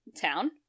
town